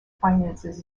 finances